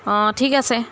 অঁ ঠিক আছে